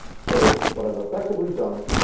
so what i've effectively done,